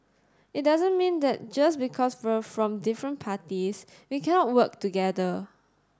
it doesn't mean that just because we're from different parties we cannot work together